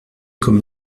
comme